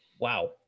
Wow